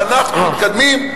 שאנחנו מתקדמים,